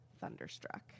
thunderstruck